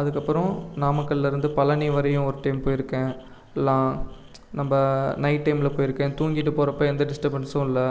அதுக்கு அப்புறம் நாமக்கல்லில் இருந்து பழனி வரையும் ஒரு டைம் போய்ருக்கேன் நம்ம நைட் டைமில் போய்ருக்கேன் தூங்கிகிட்டு போகிறப்ப எந்த டிஸ்ட்டபன்ஸும் இல்லை